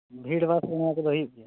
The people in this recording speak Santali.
ᱵᱷᱤᱲ ᱵᱟᱥ ᱨᱮ ᱱᱚᱣᱟ ᱠᱚᱫᱚ ᱦᱩᱭᱩᱜ ᱜᱮᱭᱟ